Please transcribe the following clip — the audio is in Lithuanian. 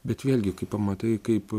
bet vėlgi kai pamatai kaip